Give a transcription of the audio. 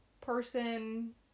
person